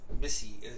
Missy